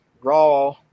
Raw